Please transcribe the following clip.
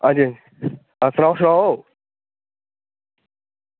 अच्छा सनाओ सनाओ